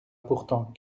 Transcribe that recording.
pourtant